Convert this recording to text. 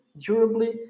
durably